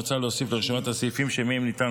מוצע להוסיף לרשימת הסעיפים שמהם ניתן